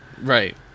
Right